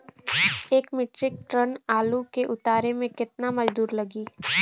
एक metric ton आलू के उतारे मे कितना मजदूर लागि?